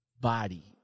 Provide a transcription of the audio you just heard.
body